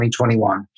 2021